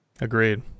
Agreed